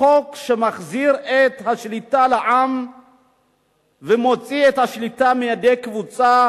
החוק שמחזיר את השליטה לעם ומוציא את השליטה מידי קבוצה,